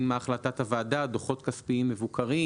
מה החלטת הוועדה על דוחות כספיים מבוקרים,